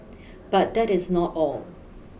but that is not all